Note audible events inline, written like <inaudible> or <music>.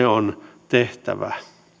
<unintelligible> on tehtävä